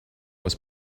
was